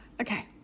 Okay